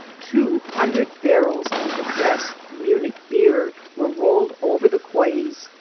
two hundred barrels of the best munich beer were rolled over the quays,